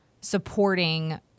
supporting